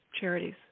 charities